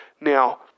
Now